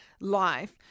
life